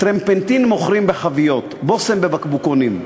טרפנטין מוכרים בחביות, בושם בבקבוקונים.